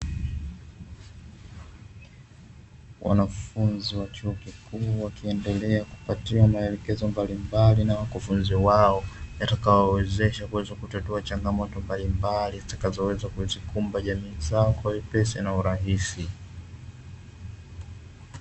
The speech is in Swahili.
Wanafunzi wa chuo kikuu wakiendelea kupatiwa maelekezo mbalimbali na wakufunzi wao, yatakayowawezesha kuweza kutatua changamoto mbalimbali zitakazoweza kuzikumba jamii zao, kwa wepesi na urahisi.